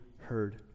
heard